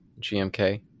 GMK